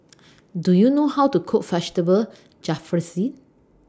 Do YOU know How to Cook Vegetable Jalfrezi